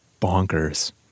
bonkers